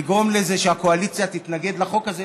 לגרום לזה שהקואליציה תתנגד לחוק הזה,